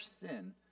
sin